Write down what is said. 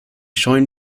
scheuen